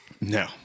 No